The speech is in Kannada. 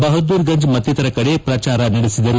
ಬಹದ್ದೂರ್ ಗಂಜ್ ಮತ್ತಿತರ ಕಡೆ ಪ್ರಚಾರ ನಡೆಸಿದರು